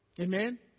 amen